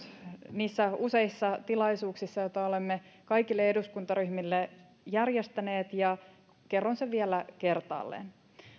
niissä useissa tilaisuuksissa joita olemme kaikille eduskuntaryhmille järjestäneet ja kerron sen vielä kertaalleen